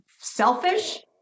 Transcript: selfish